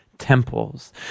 temples